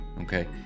okay